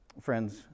Friends